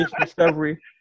Discovery